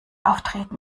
auftreten